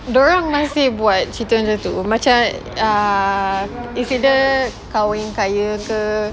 dorang masih buat cerita macam tu macam uh it's either kahwin kaya ke